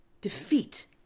defeat